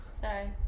Sorry